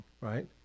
right